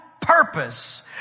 purpose